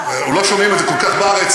לא שומעים את זה כל כך בארץ,